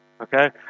Okay